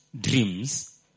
dreams